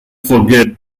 forget